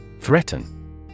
Threaten